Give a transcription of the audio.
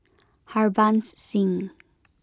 Harbans Singh